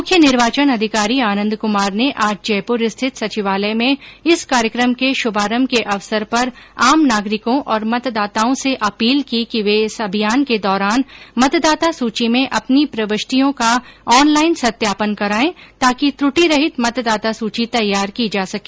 मुख्य निर्वाचन अधिकारी आनन्द कुमार ने आज जयपुर स्थित सचिवालय में इस कार्यक्रम के शुभारंभ के अवसर पर आम नागरिकों और मतदातों से अर्पील की कि वे इस अभियान के दौरान मतदाता सूची में अपनी प्रविष्टियों का ऑनलाईन सत्यापन करायें ताकि त्रुटिरहित मतदाता सूची तैयार की जा सके